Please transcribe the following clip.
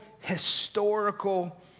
historical